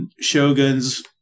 Shoguns